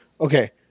Okay